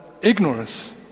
ignorance